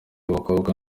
b’abakobwa